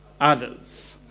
others